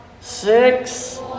Six